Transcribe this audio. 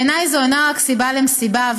בעיניי זו אינה רק סיבה למסיבה,